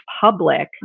public